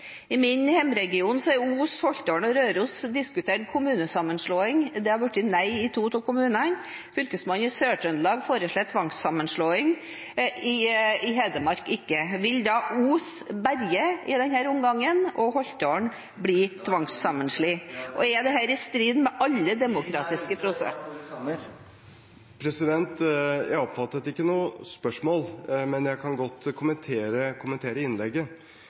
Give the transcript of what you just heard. I min hjemregion har Os, Holtålen og Røros diskutert kommunesammenslåing. Det har blitt nei i to av kommunene. Fylkesmannen i Sør-Trøndelag foreslår tvangssammenslåing – i Hedmark ikke. Vil da Os berges i denne omgang og Holtålen bli tvangssammenslått? Er dette i strid med alle … Tiden er ute! Jeg oppfattet ikke noe spørsmål, men jeg kan godt kommentere innlegget,